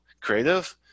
creative